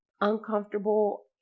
uncomfortable